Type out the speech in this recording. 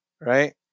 right